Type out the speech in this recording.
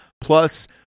plus